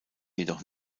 jedoch